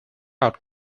out